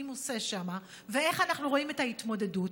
עושה שם ואיך אנחנו רואים את ההתמודדות,